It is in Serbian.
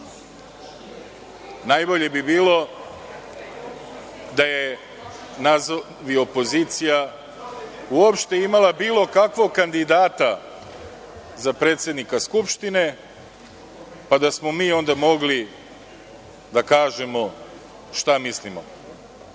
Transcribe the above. vremena. Najbolje bi bilo da je nazovi opozicija uopšte imala bilo kakvog kandidata za predsednika Skupštine, pa da smo mi onda mogli da kažemo šta mislimo. Hvaliti